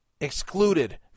excluded